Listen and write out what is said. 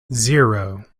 zero